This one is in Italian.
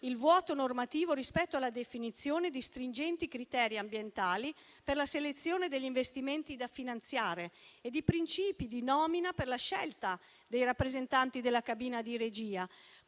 il vuoto normativo rispetto alla definizione di stringenti criteri ambientali per la selezione degli investimenti da finanziare e di principi di nomina per la scelta dei rappresentanti della cabina di regia,